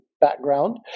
background